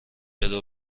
بده